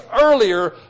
earlier